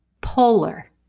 polar